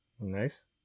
Nice